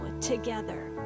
together